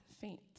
faint